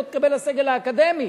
לא תתקבל לסגל האקדמי,